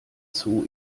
zoo